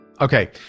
Okay